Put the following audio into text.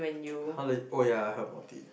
!huh! legi` oh ya heard about it